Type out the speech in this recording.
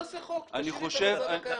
נשאיר את המצב הקיים.